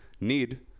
NEED